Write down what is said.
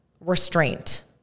restraint